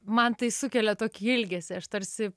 man tai sukelia tokį ilgesį aš tarsi